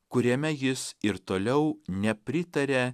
kuriame jis ir toliau nepritaria